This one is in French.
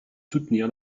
soutenir